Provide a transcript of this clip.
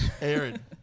Aaron